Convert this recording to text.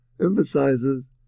emphasizes